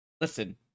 Listen